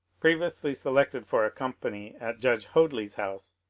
previously selected for a company at judge hoadly s house,